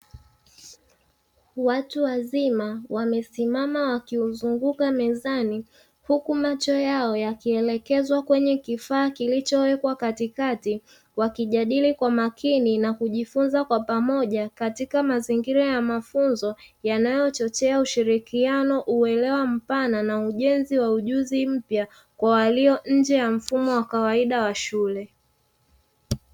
Watu wazima wamesimama wakizunguka mezani, huku macho yao yakielekezwa kwenye kifaa kilicho wekwa katikati wakijadili kwa makini na kujifunza kwa pamoja katika mazingira ya mafunzo yanayochochea ushirikiano, uelewa mpana na ujenzi wa ujuzi mpya kwa walio nje ya mfumo wa kawaida wa shule.